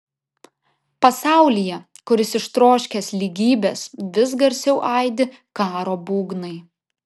pasaulyje kuris ištroškęs lygybės vis garsiau aidi karo būgnai